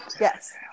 Yes